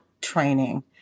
training